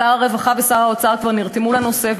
שר הרווחה ושר האוצר כבר נרתמו לנושא,